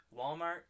Walmart